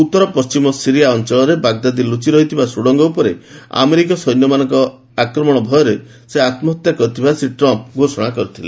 ଉତ୍ତର ପଣ୍ଢିମ ସିରିଆ ଅଞ୍ଚଳରେ ବାଗ୍ଦାଦି ଲୁଚି ରହିଥିବା ସୁଡ଼ଙ୍ଗ ଉପରେ ଆମେରିକୀୟ ସୈନ୍ୟମାନଙ୍କ ଆକ୍ରମଣ ଭୟରେ ସେ ଆତ୍କହତ୍ୟା କରିଥିବା ଶ୍ରୀ ଟ୍ରମ୍ପ୍ ଘୋଷଣା କରିଥିଲେ